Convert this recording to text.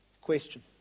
question